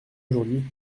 aujourd’hui